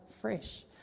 fresh